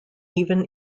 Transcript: even